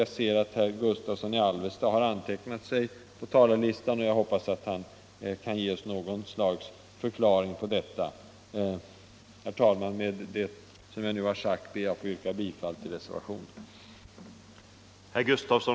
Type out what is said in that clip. Jag ser emellertid att herr Gustavsson i Alvesta har antecknat sig på talarlistan, och jag hoppas att han kan ge oss någon förklaring. Herr talman! Med det anförda yrkar jag bifall till reservationen.